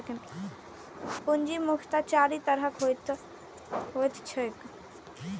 पूंजी मुख्यतः चारि तरहक होइत छैक